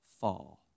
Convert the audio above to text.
fall